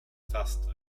fast